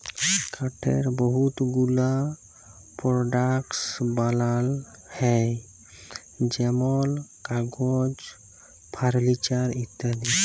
কাঠের বহুত গুলা পরডাক্টস বালাল হ্যয় যেমল কাগজ, ফারলিচার ইত্যাদি